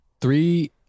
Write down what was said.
three